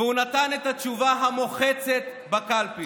והוא נתן את התשובה המוחצת בקלפי.